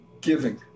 Giving